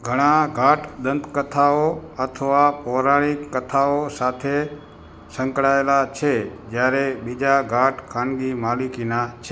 ઘણા ઘાટ દંતકથાઓ અથવા પૌરાણિક કથાઓ સાથે સંકળાયેલા છે જ્યારે બીજા ઘાટ ખાનગી માલિકીના છે